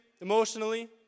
emotionally